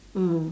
mm